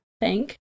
thank